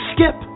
Skip